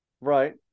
Right